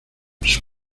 sus